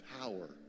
power